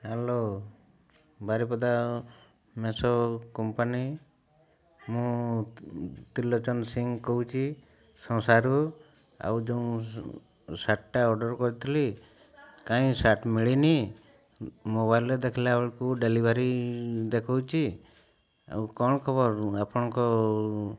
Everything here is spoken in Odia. ହ୍ୟାଲୋ ବାରିପଦା ମେସୋ କମ୍ପାନୀ ମୁଁ ତ୍ରିଲୋଚନ ସିଂ କହୁଛି ସସାରୁ ଆଉ ଯୋଉ ସାର୍ଟଟା ଅର୍ଡ଼ର୍ କରିଥିଲି କାଇଁ ସାର୍ଟ ମିଳିନି ମୋବାଇଲ୍ରେ ଦେଖିଲା ବେଳକୁ ଡେଲିଭରି ଦେଖଉଛି ଆଉ କ'ଣ ଖବର ଆପଣଙ୍କ